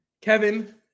Kevin